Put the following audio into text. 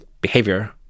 behavior